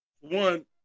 One